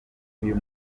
uyu